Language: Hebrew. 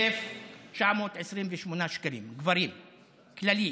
11,928 שקלים לגברים, כללי.